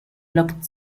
looked